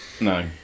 no